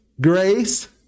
Grace